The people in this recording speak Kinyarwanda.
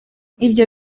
ibyo